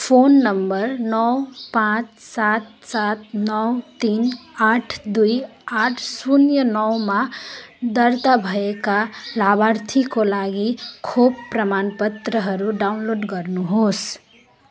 phone number नौ पाँच सात सात नौ तिन आठ दुई आठ शून्य नौमा दर्ता भएका लाभार्थीको लागि खोप प्रमाणपत्रहरू डाउनलोड गर्नु होस्